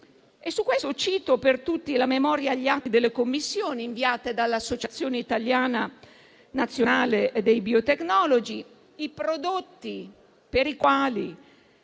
proposito cito per tutti la memoria agli atti delle Commissioni inviata dall'Associazione nazionale dei biotecnologi: i prodotti per i quali